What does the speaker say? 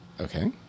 Okay